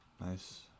nice